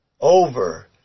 over